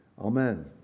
Amen